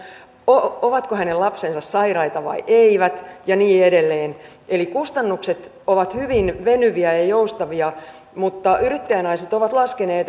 ovatko hänen lapsensa sairaita vai eivät ja niin edelleen kustannukset ovat hyvin venyviä ja ja joustavia mutta yrittäjänaiset on laskenut